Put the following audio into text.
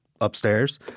upstairs